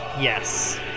Yes